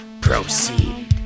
Proceed